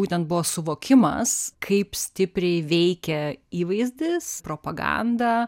būtent buvo suvokimas kaip stipriai veikia įvaizdis propaganda